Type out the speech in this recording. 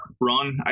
run